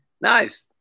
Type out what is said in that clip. nice